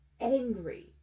angry